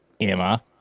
emma